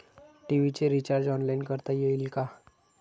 TV चे recharge online करता येईल का?